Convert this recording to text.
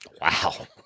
Wow